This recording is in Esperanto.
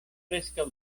preskaŭ